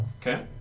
Okay